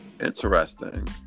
Interesting